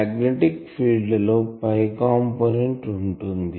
magnetic field లో ϕ component ఉంటుంది